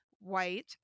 white